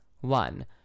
One